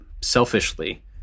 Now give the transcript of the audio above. selfishly